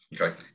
Okay